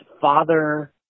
father